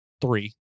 Three